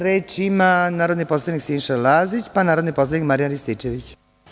Reč ima narodni poslanik Siniša Lazić, pa narodni poslanik Marijan Rističević.